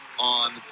on